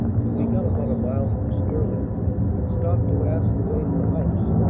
till we got about a mile from sterling and stopped to ask the way to the house,